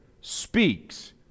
speaks